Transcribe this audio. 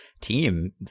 team